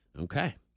Okay